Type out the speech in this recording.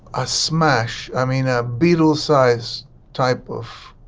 a smash. i mean a beatles size type of.